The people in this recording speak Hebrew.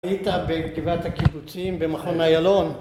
היית בגבעת הקיבוצים במכון אילון